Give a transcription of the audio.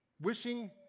wishing